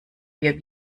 wir